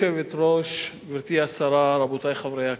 גברתי היושבת-ראש, גברתי השרה, רבותי חברי הכנסת,